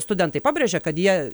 studentai pabrėžia kad jie